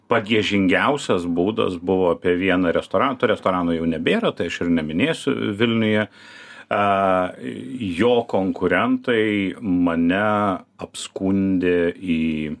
pagiežingiausias būdas buvo apie vieną restora to restorano jau nebėra tai aš ir neminėsiu vilniuje a jo konkurentai mane apskundė į